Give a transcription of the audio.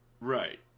Right